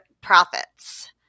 profits